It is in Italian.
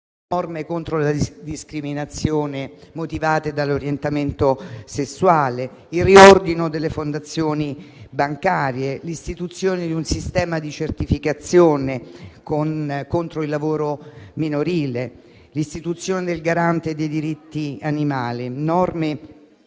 norme contro la discriminazione motivata dall'orientamento sessuale; al riordino delle fondazioni bancarie; all'istituzione di un sistema di certificazione contro il lavoro minorile; all'istituzione del garante dei diritti animali. Norme